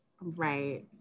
right